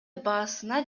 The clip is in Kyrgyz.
баасына